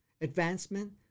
advancement